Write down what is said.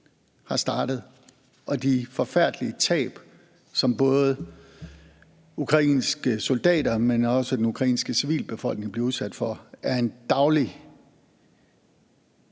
har startet, og de forfærdelige tab, som både ukrainske soldater, men også den ukrainske civilbefolkning bliver udsat for, er en daglig